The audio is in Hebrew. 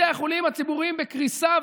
בתי החולים הציבוריים בקריסה,